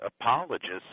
apologists